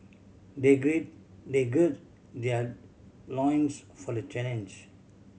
they they gird their loins for the challenge